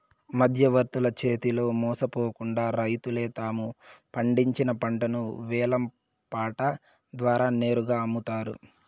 మధ్యవర్తుల చేతిలో మోసపోకుండా రైతులే తాము పండించిన పంటను వేలం పాట ద్వారా నేరుగా అమ్ముతారు